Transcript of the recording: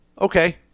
okay